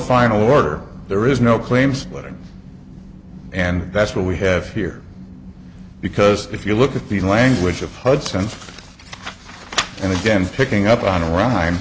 final order there is no claims letter and that's what we have here because if you look at the language of hudson and again picking up on the wrong time